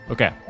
Okay